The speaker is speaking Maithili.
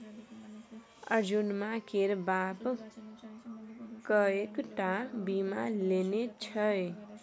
अर्जुनमा केर बाप कएक टा बीमा लेने छै